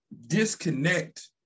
disconnect